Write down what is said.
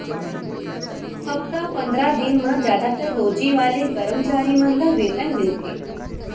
हप्ता पंदरा दिन म जादातर रोजी वाले करम चारी मन ल वेतन मिलथे